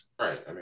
Right